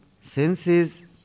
senses